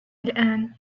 الآن